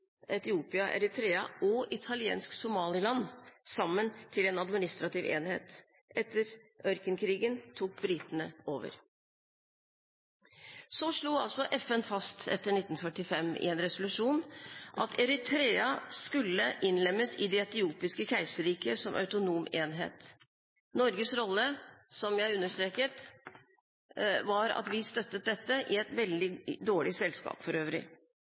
Etiopia, Eritrea og Italiensk Somaliland sammen til en administrativ enhet. Etter ørkenkrigen tok britene over. Etter 1945 slo altså FN fast i en resolusjon at Eritrea skulle innlemmes i det etiopiske keiserriket som autonom enhet. Norges rolle, som jeg understreket, var at vi støttet dette – for øvrig i et veldig dårlig selskap.